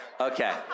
Okay